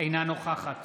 אינה נוכחת